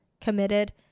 committed